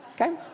Okay